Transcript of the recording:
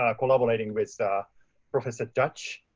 ah collaborating with professor deutsch,